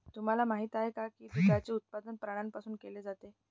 तुम्हाला माहित आहे का की दुधाचे उत्पादन प्राण्यांपासून केले जाते?